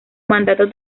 mandato